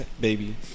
baby